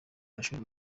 mashuri